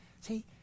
See